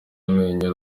amenyo